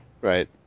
Right